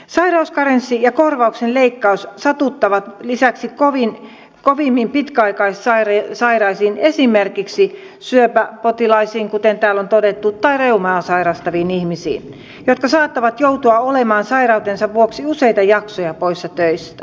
sairauskarenssi ja korvauksen leikkaus sattuvat lisäksi kovimmin pitkäaikaissairaisiin esimerkiksi syöpäpotilaisiin kuten täällä on todettu tai reumaa sairastaviin ihmisiin jotka saattavat joutua olemaan sairautensa vuoksi useita jaksoja poissa töistä